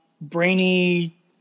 Brainy